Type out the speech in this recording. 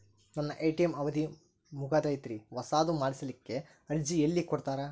ನನ್ನ ಎ.ಟಿ.ಎಂ ಅವಧಿ ಮುಗದೈತ್ರಿ ಹೊಸದು ಮಾಡಸಲಿಕ್ಕೆ ಅರ್ಜಿ ಎಲ್ಲ ಕೊಡತಾರ?